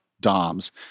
DOMS